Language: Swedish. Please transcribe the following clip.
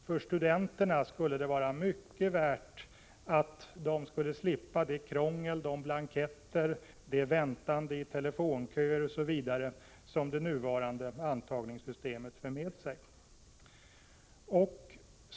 För studenterna vore det mycket värt om de slapp det krångel, de blanketter och det väntande i telefonköer osv. som det nuvarande antagningssystemet för med sig.